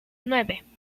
nueve